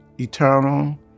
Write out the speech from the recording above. eternal